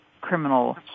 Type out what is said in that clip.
criminal